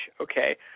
okay